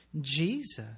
Jesus